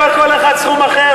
אבל כל אחד סכום אחר,